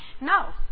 No